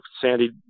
Sandy